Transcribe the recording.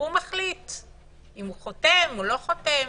הוא מחליט אם הוא חותם או לא חותם?